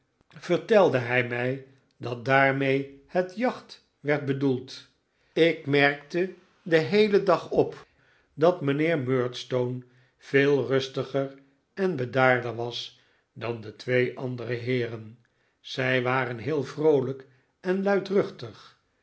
vertelde hij mij dat daarmee het jacht werd bedoeld ik merkte den heelen dag op dat mijnheer murdstone veel rustiger en bedaarder was dan de twee andere heeren zij waren heel vroolijk en luidruchtig